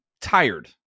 tired